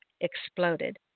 exploded